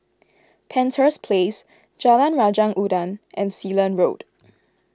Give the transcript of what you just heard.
Penshurst Place Jalan Raja Udang and Sealand Road